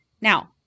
Now